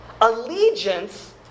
allegiance